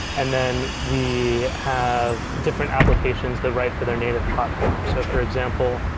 and then we have different applications that write for their native platforms. so for example,